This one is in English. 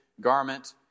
garment